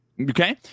Okay